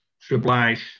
supplies